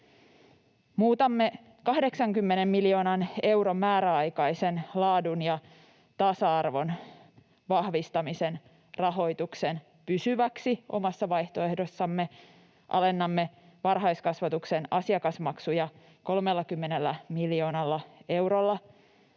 Muutamme 80 miljoonan euron määräaikaisen laadun ja tasa-arvon vahvistamisen rahoituksen pysyväksi omassa vaihtoehdossamme. Alennamme varhaiskasvatuksen asiakasmaksuja 30 miljoonalla eurolla.